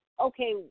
okay